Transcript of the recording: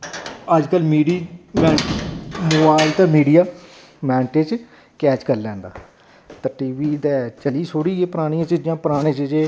ते अज्जकल media mobile ते मीडिया कैच करी लैंदा ते टीवी ते चलदी परानी चीज़ां ते परानी चीज़ां